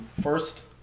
First